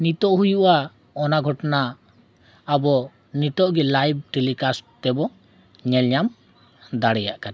ᱱᱤᱛᱚᱜ ᱦᱩᱭᱩᱜᱼᱟ ᱚᱱᱟ ᱜᱷᱚᱴᱚᱱᱟ ᱟᱵᱚ ᱱᱤᱛᱚᱜ ᱜᱮ ᱞᱟᱭᱤᱵᱽ ᱴᱮᱞᱤᱠᱟᱥᱴ ᱛᱮᱵᱚ ᱧᱮᱞ ᱧᱟᱢ ᱫᱟᱲᱮᱭᱟᱜ ᱠᱟᱱᱟ